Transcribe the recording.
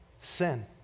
sin